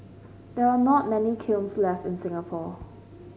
there are not many kilns left in Singapore